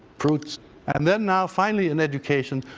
fruits and then now, finally, in education.